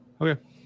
Okay